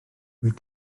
wyt